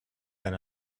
than